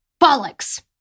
Bollocks